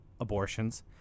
abortions